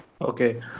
Okay